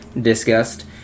discussed